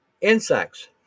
insects